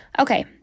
Okay